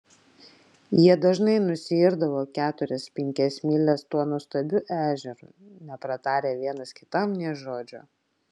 jie dažnai nusiirdavo keturias penkias mylias tuo nuostabiu ežeru nepratarę vienas kitam nė žodžio